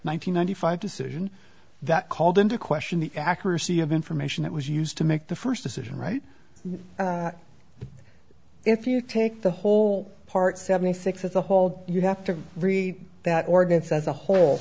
hundred five decision that called into question the accuracy of information that was used to make the first decision right if you take the whole part seventy six as a whole you have to read that organs as a whole